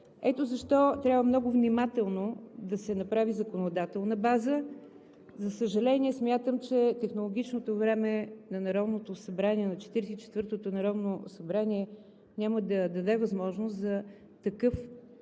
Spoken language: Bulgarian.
Ето защо трябва много внимателно да се направи законодателната база. За съжаление, смятам, че технологичното време на 44-тото народно събрание няма да даде възможност за такъв